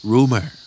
Rumor